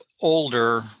older